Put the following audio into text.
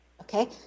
okay